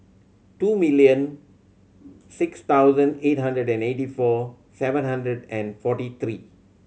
two million six thousand eight hundred and eighty four seven hundred and forty three